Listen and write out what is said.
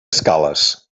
escales